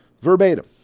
verbatim